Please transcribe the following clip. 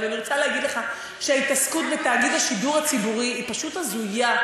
אבל אני רוצה להגיד לך שההתעסקות בתאגיד השידור הציבורי היא פשוט הזויה.